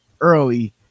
early